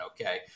okay